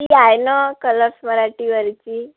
ती आहे ना कलर्स मराठीवरची